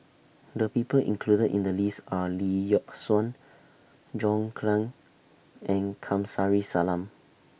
The People included in The list Are Lee Yock Suan John Clang and Kamsari Salam